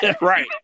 right